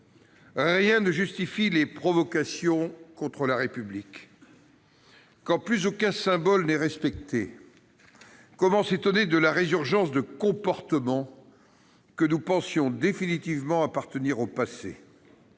rien ne justifie les provocations contre la République. Quand plus aucun symbole n'est respecté, comment s'étonner de la résurgence de comportements que nous pensions définitivement appartenir au passé ?